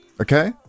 okay